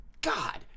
God